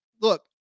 look